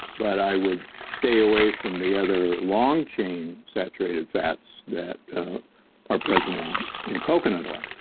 but i would stay away from the other long-chain saturated fats that are present in in coconut oil.